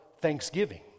thanksgiving